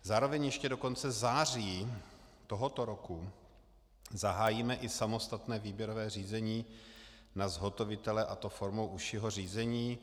Zároveň ještě do konce září tohoto roku zahájíme i samostatné výběrové řízení na zhotovitele, a to formou užšího řízení.